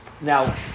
Now